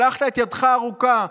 שלחת את ידך הארוכה,